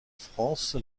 france